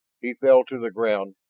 he fell to the ground,